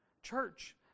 Church